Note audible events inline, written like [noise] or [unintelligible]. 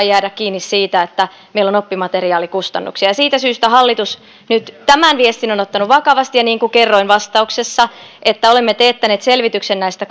[unintelligible] jäädä kiinni siitä että meillä on oppimateriaalikustannuksia ja siitä syystä hallitus nyt tämän viestin on ottanut vakavasti ja niin kuin kerroin vastauksessa olemme teettäneet selvityksen näistä [unintelligible]